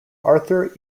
arthur